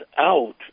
out